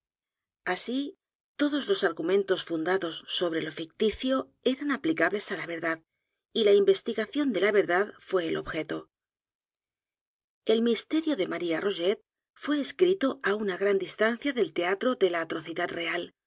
así todos los argumentos fundados sobre lo ficticio eran aplicables á la verdad y la investigación de la verdad fué el objeto mi misterio de maría bogét fué escrito á una gran distancia del teatro de la atrocidad real